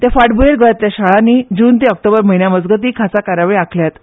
ते फाटभूंयेर गोंयांतल्या शाळांनी जून ते ऑक्टोबर म्हयन्या मजगतीं खास कार्यावळी आंखल्यात